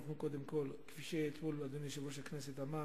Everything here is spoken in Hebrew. כפי שאתמול יושב-ראש הכנסת אמר